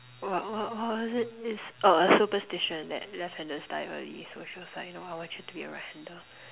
what what what is it this oh superstition that left handers die early so she was like you know I want you to be a right hander